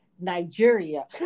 nigeria